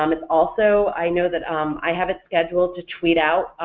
um it's also i know that um i have it scheduled to tweet out